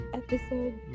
episode